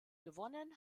gewonnen